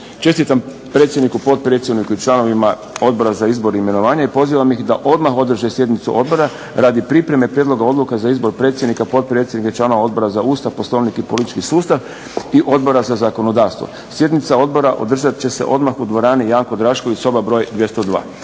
Čestitam predsjedniku, potpredsjedniku i članovima Odbora za izbor i imenovanje i pozivam ih da odmah održe sjednicu odbora radi pripreme prijedloga odluka za izbor predsjednika, potpredsjednika i članova Odbora za Ustav, Poslovnik i politički sustav i Odbora za zakonodavstvo. Sjednica odbora održat će se odmah u dvorani "Janka Draškovića" soba broj 202.